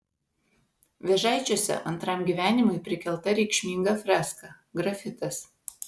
vėžaičiuose antram gyvenimui prikelta reikšminga freska grafitas